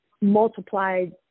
multiplied